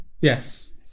yes